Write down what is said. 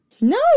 No